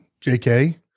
JK